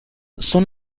son